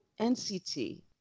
NCT